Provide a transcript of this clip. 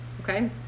okay